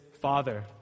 Father